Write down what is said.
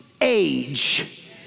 age